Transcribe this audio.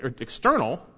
external